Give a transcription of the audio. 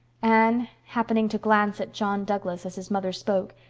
anne, happening to glance at john douglas, as his mother spoke,